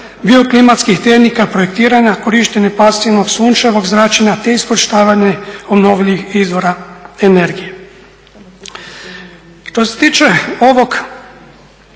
bioklimatskih tehnika projektiranja, korištenje pasivnog sunčevog zračenja te iskorištavanje obnovljivih izvora energije.